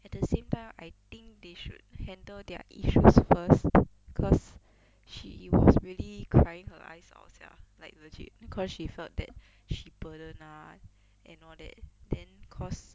at the same time I think they should handle their issue first cause she was really crying her eyes out sia like legit cause she felt that she burden ah and hor that then cause